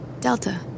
Delta